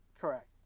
Correct